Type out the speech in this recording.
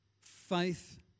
Faith